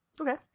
Okay